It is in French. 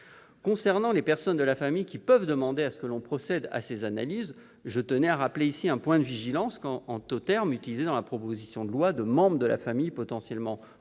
concerne les personnes de la famille qui peuvent demander que l'on procède à ces analyses, je tiens à rappeler un point de vigilance quant aux termes, utilisés dans la proposition de loi, de « membres de la famille potentiellement